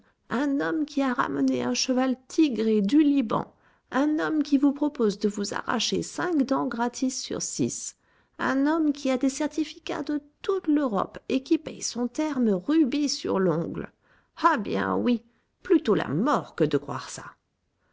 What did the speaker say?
un homme qui a ramené un cheval tigré du liban un homme qui vous propose de vous arracher cinq dents gratis sur six un homme qui a des certificats de toute l'europe et qui paye son terme rubis sur l'ongle ah bien oui plutôt la mort que de croire ça